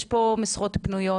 יש פה משרות פנויות,